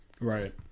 Right